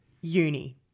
uni